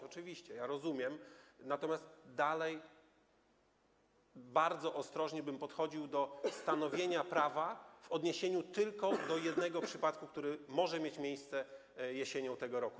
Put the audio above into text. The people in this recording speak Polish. Oczywiście to rozumiem, natomiast dalej bardzo ostrożnie bym podchodził do stanowienia prawa tylko w odniesieniu do jednego przypadku, który może mieć miejsce jesienią tego roku.